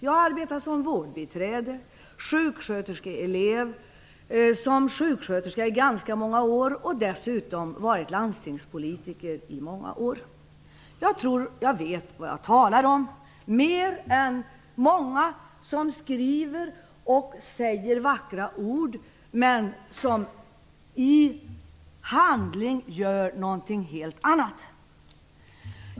Jag har arbetat som vårdbiträde, sjuksköterskeelev och sjuksköterska ganska många år. Dessutom har jag varit landstingspolitiker i många år. Jag tror att jag vet vad jag talar om, mer än många som skriver och säger vackra ord men som i handling gör någonting helt annat.